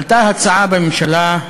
עלתה הצעה בממשלה,